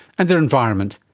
and their environment,